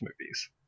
movies